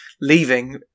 leaving